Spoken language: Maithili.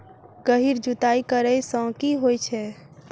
गहिर जुताई करैय सँ की होइ छै?